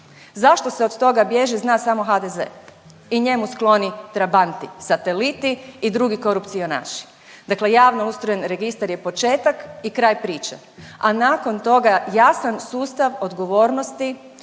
Zašto se od toga bježi zna samo HDZ i njemu skloni trabanti, sateliti i drugi korupcionaši. Dakle, javno ustrojen registar je početak i kraj priče, a nakon toga jasan sustav odgovornosti,